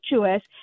virtuous